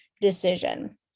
decision